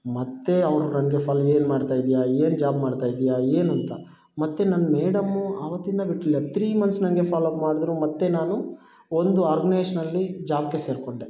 ಮತ್ತೆ ಅವ್ರು ನನಗೆ ಫಲ್ ಏನು ಮಾಡ್ತಾ ಇದೀಯ ಏನು ಜಾಬ್ ಮಾಡ್ತಾ ಇದೀಯ ಏನು ಅಂತ ಮತ್ತೆ ನನ್ನ ಮೇಡಮ್ಮು ಅವತ್ತಿಂದ ಬಿಡ್ಲಿಲ್ಲ ತ್ರೀ ಮಂತ್ಸ್ ನನಗೆ ಫಾಲೋ ಅಪ್ ಮಾಡಿದ್ರು ಮತ್ತು ನಾನು ಒಂದು ಆರ್ಗ್ನೇಶನಲ್ಲಿ ಜಾಬ್ಗೆ ಸೇರಿಕೊಂಡೆ